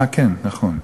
אה, כן, נכון.